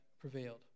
prevailed